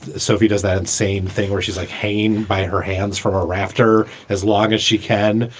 sophie does that same thing where she's like heyne by her hands for her. laughter. as long as she can,